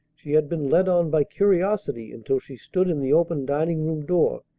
she had been led on by curiosity until she stood in the open dining-room door,